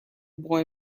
boy